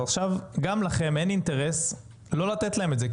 אז עכשיו גם לכם אין אינטרס לא לתת להם את זה,